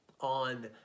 on